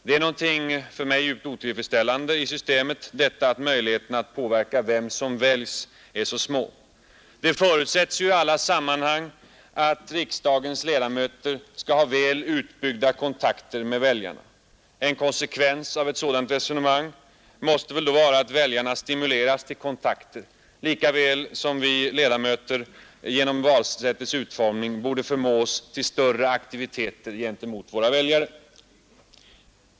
Det är något för mig djupt otillfredsställande i systemet att möjligheterna att påverka vem som väljs är så små. Det förutsätts ju i alla sammanhang att riksdagens ledamöter skall ha väl utbyggda kontakter med väljarna. En konsekvens av ett sådant resonemang måste väl då vara att väljarna stimuleras till kontakter likaväl som att vi ledamöter genom valsättets utformning förmås till större aktiviteter gentemot våra väljare.